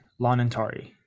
Lanantari